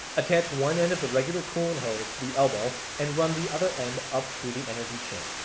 attach one end of the regular coolant hose to the elbow and run the other end up through the energy chain.